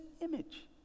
image